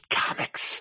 comics